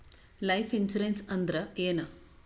Life insurance ಅಂದ್ರ ಏನ?